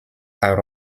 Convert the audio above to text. are